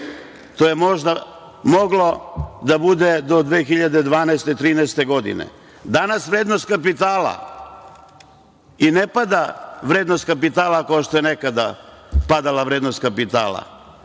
možda moglo da bude do 2012/2013. godine, danas vrednost kapitala i ne pada vrednost kapitala kao što je nekada padala vrednost kapitala.